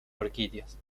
orquídeas